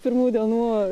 pirmų dienų